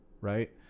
Right